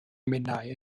minnau